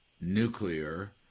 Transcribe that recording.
nuclear